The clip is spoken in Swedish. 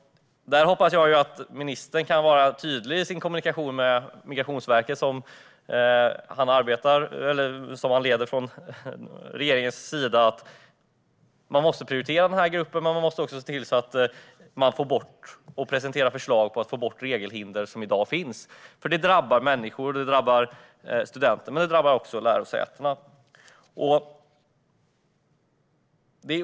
Där hoppas jag att ministern är tydlig i sin kommunikation med Migrationsverket, som regeringen har ansvar för. Man måste prioritera den här gruppen och se till att få bort de regelhinder som i dag finns. De drabbar studenterna, men de drabbar också lärosätena.